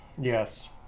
Yes